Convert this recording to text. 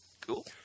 Cool